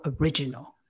original